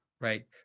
right